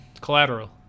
Collateral